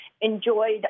enjoyed